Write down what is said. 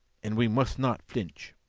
and we must not flinch.